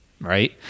right